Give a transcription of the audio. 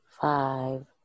Five